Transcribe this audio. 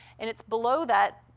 and it's below that,